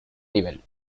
nivel